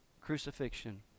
crucifixion